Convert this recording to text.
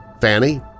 Fanny